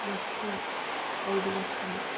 లక్ష ఐదు లక్షలు